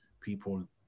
people